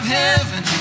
heaven